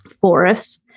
forests